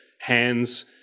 hands